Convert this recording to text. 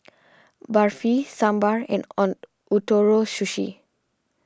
Barfi Sambar and on Ootoro Sushi